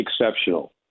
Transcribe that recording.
exceptional